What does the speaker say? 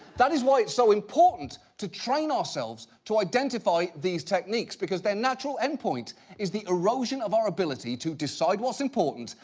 that is why it's so important to train ourselves to identify these techniques because their natural endpoint is the erosion of our ability to decide what's important,